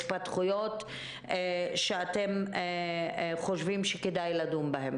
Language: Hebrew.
אם זה התפתחויות שאתם חושבים שכדאי לדון בהן?